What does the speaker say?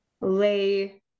lay